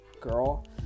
girl